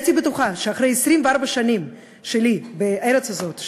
הייתי בטוחה שאחרי 24 שנים שלי בארץ הזאת,